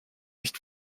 nicht